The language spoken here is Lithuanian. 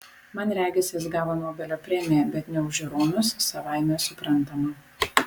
man regis jis gavo nobelio premiją bet ne už žiūronus savaime suprantama